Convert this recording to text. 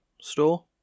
store